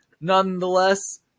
nonetheless